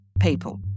people